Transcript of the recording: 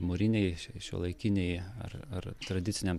mūrinėj ši šiuolaikinėj ar ar tradicinėm